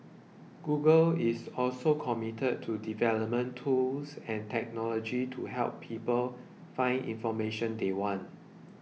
Google is also committed to development tools and technology to help people find information they want